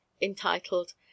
entitled